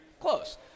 close